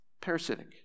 parasitic